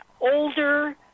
older